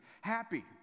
Happy